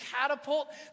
catapult